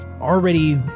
already